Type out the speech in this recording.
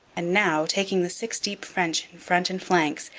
and now, taking the six-deep french in front and flanks,